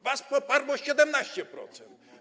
Was poparło 17%.